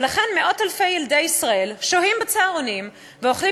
ולכן מאות-אלפי ילדי ישראל שוהים בצהרונים ואוכלים